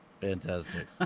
Fantastic